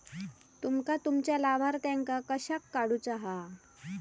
तुमका तुमच्या लाभार्थ्यांका कशाक काढुचा हा?